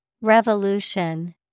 Revolution